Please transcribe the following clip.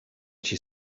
she